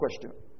question